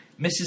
Mrs